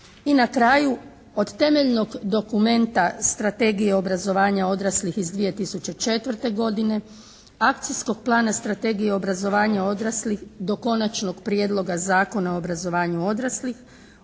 I na kraju od temeljnog dokumenta Strategije obrazovanja odraslih iz 2004. godine, Akcijskog plana strategije obrazovanja odraslih do Konačnog prijedloga Zakona o obrazovanju odraslih